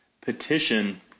petition